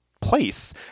place